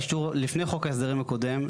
לפני חוק ההסדרים הקודם,